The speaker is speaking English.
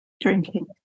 drinking